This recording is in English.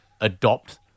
adopt